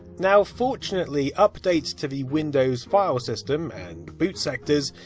now, fortunately, updates to the windows file system, and boot sectors,